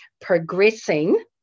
progressing